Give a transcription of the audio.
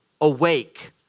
awake